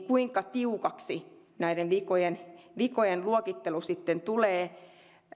kuinka tiukaksi näiden vikojen vikojen luokittelu sitten tulee